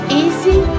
easy